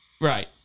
Right